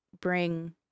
bring